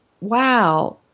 wow